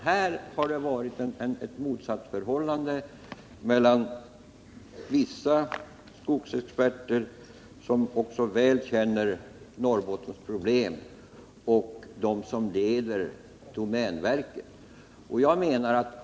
Det har funnits ett motsatsförhållande mellan vissa skogsexperter, som väl känner Norrbottens problem, och ledningen för domänverket.